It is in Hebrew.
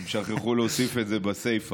הם שכחו להוסיף את זה בסיפה,